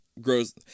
grows